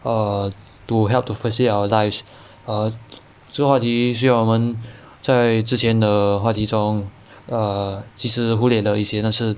err to help to facilitate our lives err 这个话题是我们在之前的话题中 err 其实忽略了一些但是